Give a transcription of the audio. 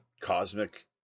cosmic